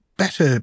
better